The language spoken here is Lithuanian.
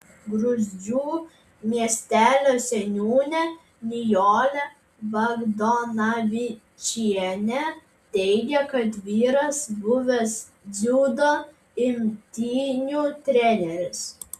gruzdžių miestelio seniūnė nijolė bagdonavičienė teigė kad vyras buvęs dziudo imtynių treneris